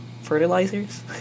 Fertilizers